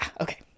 okay